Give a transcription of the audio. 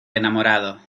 enamorado